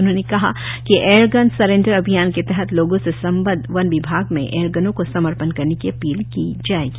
उन्होंने कहा कि एयरगन सेरेंडर अभियान के तहत लोगों से संबद्ध वन विभाग में एयरगनो को समर्पण करने की अपील किया जाएगा